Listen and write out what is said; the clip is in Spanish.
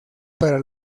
para